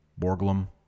Borglum